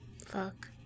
Fuck